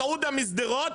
מסעודה משדרות,